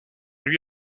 lui